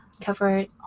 covered